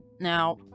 Now